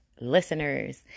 listeners